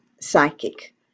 psychic